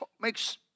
makes